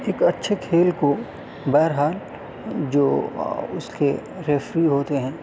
ایک اچھے کھیل کو بہرحال جو اس کے ریفری ہوتے ہیں